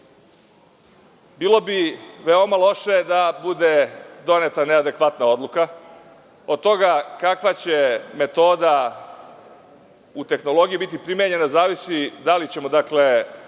bi veoma loše da bude doneta neadekvatna odluka. Od toga kakva će metoda u tehnologiji biti primenjena zavisi da li ćemo bez